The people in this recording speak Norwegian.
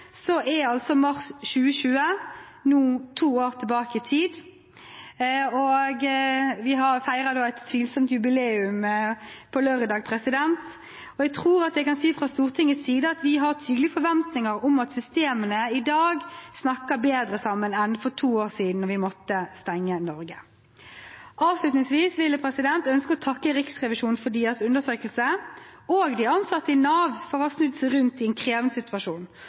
er altså mars 2020 nå to år tilbake i tid, og vi feirer da et tvilsomt jubileum på lørdag. Jeg tror at jeg kan si at vi fra Stortingets side har tydelige forventninger om at systemene snakker bedre sammen i dag enn for to år siden, da vi måtte stenge Norge. Avslutningsvis vil jeg ønske å takke Riksrevisjonen for deres undersøkelse og de ansatte i Nav for å ha snudd seg rundt i en krevende situasjon,